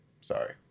Sorry